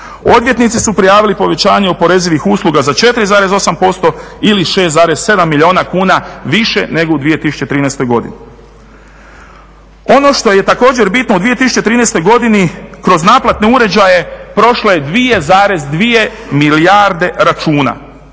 Odvjetnici su prijavili povećanje oporezivih usluga za 4,8 ili 6,7 milijuna kuna više nego u 2013. godini. Ono što je također bitno u 2013. godini kroz naplatne uređaje prošlo je 2,2 milijarde računa.